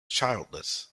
childless